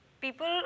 people